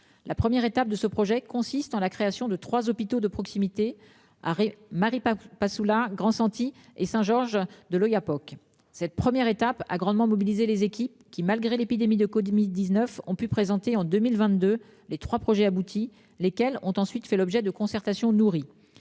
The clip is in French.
La première étape de ce projet consiste en la création de 3 hôpitaux de proximité. Et Marie pas pas sous la grand-senti et Saint-Georges de l'Oyapock. Cette première étape a grandement mobiliser les équipes qui malgré l'épidémie de code 1019 ont pu présenter en 2022, les 3 projets aboutis, lesquels ont ensuite fait l'objet de concertations nourries.